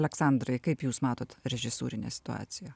aleksandrai kaip jūs matot režisūrinę situaciją